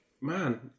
man